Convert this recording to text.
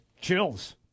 chills